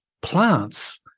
plants